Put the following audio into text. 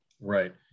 right